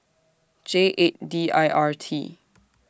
J eight D I R T